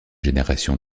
génération